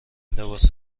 لباس